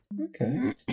Okay